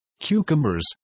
cucumbers